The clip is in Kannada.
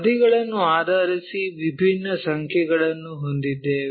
ಬದಿಗಳನ್ನು ಆಧರಿಸಿ ವಿಭಿನ್ನ ಸಂಖ್ಯೆಗಳನ್ನು ಹೊಂದಿದ್ದೇವೆ